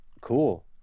cool